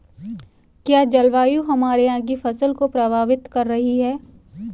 क्या जलवायु हमारे यहाँ की फसल को प्रभावित कर रही है?